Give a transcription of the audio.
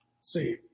See